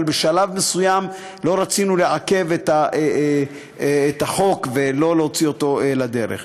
אבל בשלב מסוים לא רצינו לעכב את החוק ולא להוציא אותו לדרך.